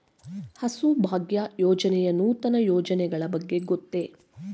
ಹಸುಭಾಗ್ಯ ಯೋಜನೆಯ ನೂತನ ಯೋಜನೆಗಳ ಬಗ್ಗೆ ಗೊತ್ತೇ?